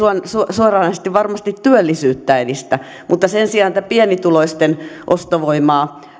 suoranaisesti varmasti työllisyyttä edistä mutta sen sijaan se että pienituloisten ostovoimaa